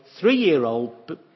three-year-old